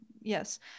yes